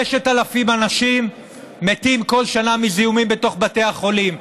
5,000 אנשים מתים כל שנה מזיהומים בתוך בתי החולים.